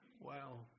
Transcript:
Wow